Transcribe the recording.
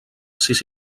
sis